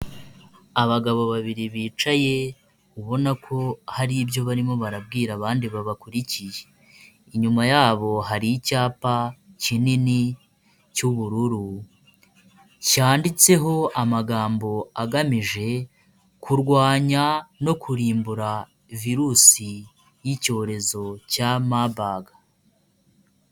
Abagabo babiri bicaye ubona ko hari ibyo barimo barabwira abandi babakurikiye inyuma yabo hari icyapa kinini cy'ubururu cyanditseho amagambo agamije kurwanya no kurimbura virusi y'icyorezo cya mabaga.